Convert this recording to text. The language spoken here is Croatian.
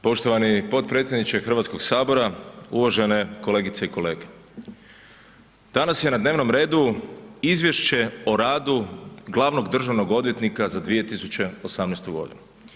Poštovani potpredsjedniče Hrvatskog sabora, uvažene kolegice i kolege, danas je na dnevnom redu Izvješće o radu glavnog državnog odvjetnika za 2018. godinu.